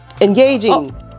engaging